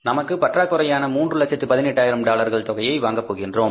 நமக்கு பற்றாக்குறையான 318000 டாலர்கள் தொகையை வாங்க போகின்றோம்